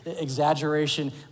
exaggeration